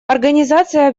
организация